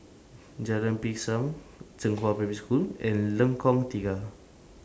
Jalan Pisang Zhenghua Primary School and Lengkong Tiga